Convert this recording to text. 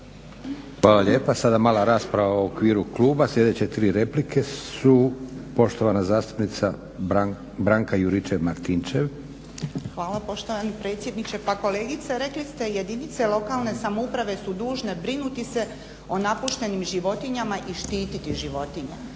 Hvala lijepa. Sada mala rasprava u okviru kluba. Sljedeće tri replike su poštovana zastupnica Branka Juričev-Martinčev. **Juričev-Martinčev, Branka (HDZ)** Hvala poštovani predsjedniče. Pa kolegice rekli ste jedinice lokalne samouprave su dužne brinuti se o napuštenim životinjama i štititi životinje.